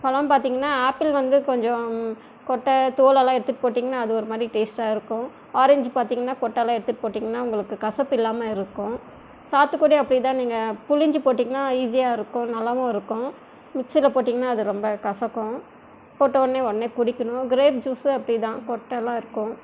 பழம்னு பார்த்திங்கன்னா ஆப்பிள் வந்து கொஞ்சம் கொட்டை தோலெல்லாம் எடுத்துட்டு போட்டிங்கன்னால் அது ஒரு மாதிரி டேஸ்ட்டாக இருக்கும் ஆரஞ்சு பார்த்திங்கன்னா கொட்டையெல்லாம் எடுத்துட்டு போட்டிங்கன்னால் உங்களுக்கு கசப்பு இல்லாமல் இருக்கும் சாத்துக்குடியும் அப்படிதா நீங்கள் பிழிஞ்சி போட்டிங்கன்னால் ஈஸியாகருக்கும் நல்லாவும் இருக்கும் மிக்ஸியில் போட்டிங்கன்னால் அது ரொம்ப கசக்கும் போட்டோனே உடனே குடிக்கணும் கிரேப் ஜூஸு அப்படிதா கொட்டைலாம் இருக்கும்